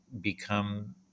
become